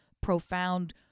profound